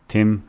Tim